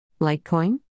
Litecoin